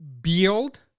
build